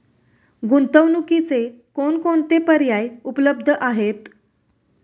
गुंतवणुकीचे कोणकोणते पर्याय उपलब्ध आहेत?